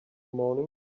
morning